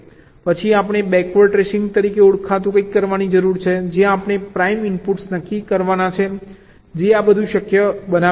પછી આપણે backward tracing તરીકે ઓળખાતું કંઈક કરવાની જરૂર છે જ્યાં આપણે પ્રાઇમરી ઇનપુટ્સ નક્કી કરવાના છે જે આ બધું શક્ય બનાવે છે